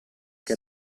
che